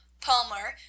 Palmer